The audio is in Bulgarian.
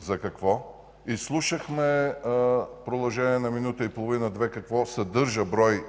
за какво. Изслушахме в продължение на минута и половина – две какво съдържа брой